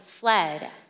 fled